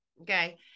Okay